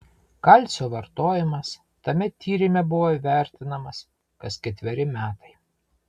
kalcio vartojimas tame tyrime buvo įvertinamas kas ketveri metai